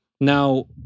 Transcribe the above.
Now